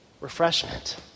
refreshment